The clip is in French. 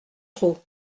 trop